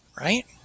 Right